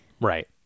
Right